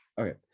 Okay